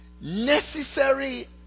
Necessary